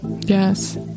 Yes